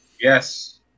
yes